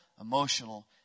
emotional